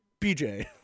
BJ